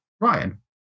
Ryan